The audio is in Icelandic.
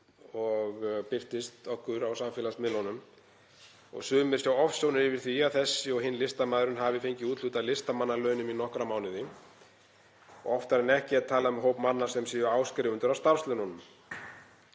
og birtist okkur á samfélagsmiðlunum. Sumir sjá ofsjónum yfir því að þessi og hinn listamaðurinn hafi fengið úthlutað listamannalaunum í nokkra mánuði. Oftar en ekki er talað um hóp manna sem séu áskrifendur að starfslaununum.